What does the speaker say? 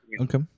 Okay